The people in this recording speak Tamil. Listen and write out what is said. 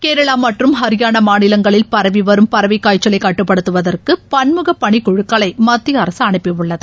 கேரளா மற்றும் ஹரியானா மாநிலங்களில் பரவி வரும் பறவைக்காய்ச்சலை கட்டுப்படுத்துவதற்கு பன்முக பணிக்குழுக்களை மத்திய அரசு அனுப்பி உள்ளது